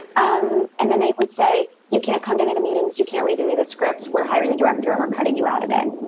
um and then they would say, you can't come to any of the meetings. you can't read any the scripts, we're hiring the director, and we're cutting you out of it.